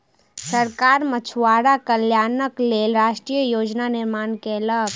सरकार मछुआरा कल्याणक लेल राष्ट्रीय योजना निर्माण कयलक